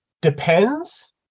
depends